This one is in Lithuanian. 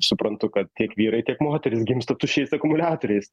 suprantu kad tiek vyrai tiek moterys gimsta tuščiais akumuliatoriais